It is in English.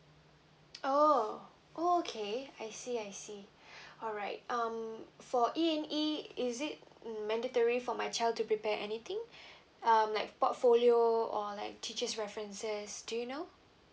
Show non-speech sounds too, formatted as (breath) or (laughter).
oh okay I see I see (breath) alright um for E_A_E is it mandatory for my child to prepare anything (breath) um like portfolio or like teachers references do you know